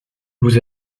vous